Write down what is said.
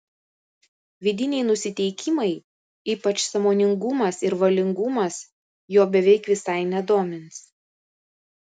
vidiniai nusiteikimai ypač sąmoningumas ir valingumas jo beveik visai nedomins